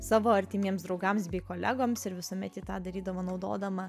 savo artimiems draugams bei kolegoms ir visuomet ji tą darydavo naudodama